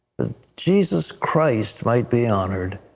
jesus christ might be honored.